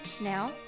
Now